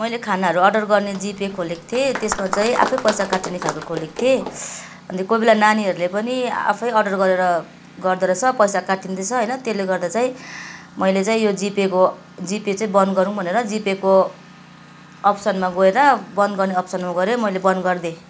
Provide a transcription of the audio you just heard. मैले खानाहरू अर्डर गर्ने जिपे खोलेको थिएँ त्यसमा चाहिँ आफै पैसा काटिने खालको खोलेको थिएँ अन्त कोही बेला नानीहरूले पनि आफै अर्डर गरेर गर्दो रहेछ पैसा काटिँदैछ होइन त्यसले गर्दा चाहिँ मैले चाहिँ यो जिपेको जिपे चाहिँ बन्द गरौँ भनेर जिपेको अप्सनमा गएर बन्द गर्ने अप्सनमा गएरै मैले बन्द गरिदिएँ